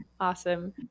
Awesome